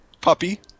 Puppy